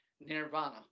nirvana